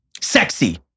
Sexy